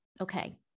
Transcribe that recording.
Okay